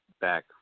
back